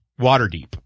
Waterdeep